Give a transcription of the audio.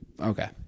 Okay